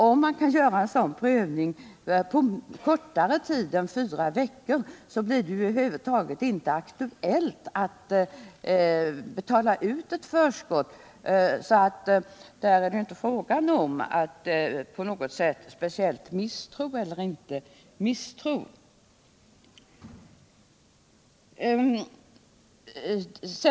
Om prövningen kan göras på kortare tid än fyra veckor blir det ju över huvud taget inte aktuellt att betala ut något förskott, och då är det alltså inte fråga om att misstro eller inte misstro.